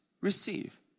receive